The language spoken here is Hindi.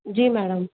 जी मैडम